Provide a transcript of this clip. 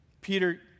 Peter